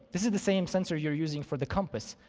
this is the same sensor you're using for the compass,